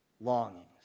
longings